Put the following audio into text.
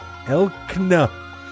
Elkna